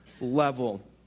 level